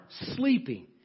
sleeping